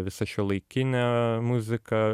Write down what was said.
visa šiuolaikinė muzika